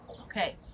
Okay